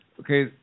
Okay